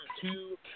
two